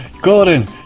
Gordon